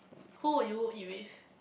who would you eat with